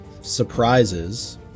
Surprises